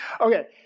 Okay